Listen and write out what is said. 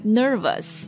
nervous